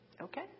okay